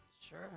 sure